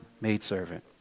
maidservant